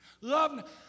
Love